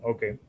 Okay